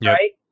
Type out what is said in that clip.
Right